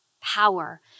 power